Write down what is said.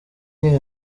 iyihe